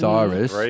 Cyrus